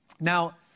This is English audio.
Now